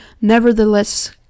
nevertheless